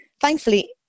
thankfully